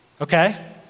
Okay